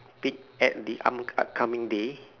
peek at the up~ upcoming day